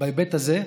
ובהיבט הזה,